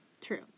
True